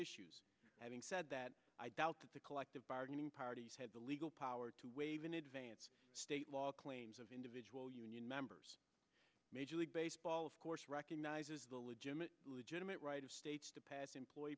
issues having said that i doubt that the collective bargaining parties had the legal power to waive in advance state law claims of individually union members major league baseball of course recognizes the legitimate legitimate right of states to pass employee